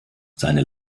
seine